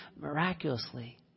miraculously